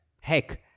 Heck